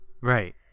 right